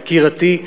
יקירתי,